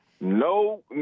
no